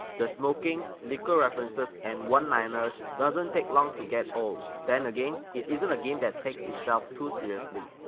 the smoking, liquor references and one-liners doesn't take long to get old. then again, it isn't a game that takes itself too seriously.